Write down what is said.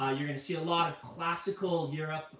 ah you're going to see a lot of classical europe